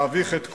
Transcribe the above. להביך את כולנו,